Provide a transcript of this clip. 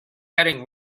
getting